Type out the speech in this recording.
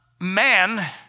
man